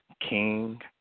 King